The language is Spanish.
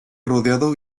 rodeado